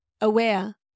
aware